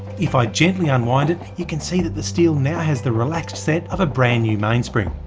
if i gently unwind it, you can see that the steel now has the relaxed set of a brand new mainspring.